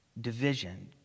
division